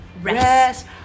rest